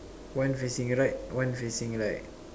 one facing right one facing right